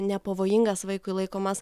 nepavojingas vaikui laikomas